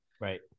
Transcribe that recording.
Right